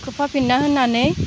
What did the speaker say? खोबहाबफिनना होनानै